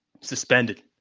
suspended